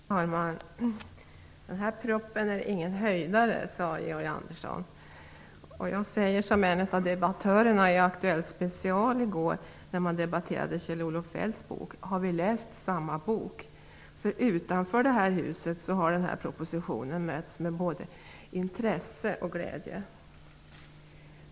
Fru talman! Den här propositionen är ingen höjdare, sade Georg Andersson. Jag säger som en av debattörerna i Aktuellt Special i TV i går, när man debatterade Kjell-Olof Feldts bok: Har vi läst samma bok? Utanför detta hus har denna proposition mötts med både intresse och glädje.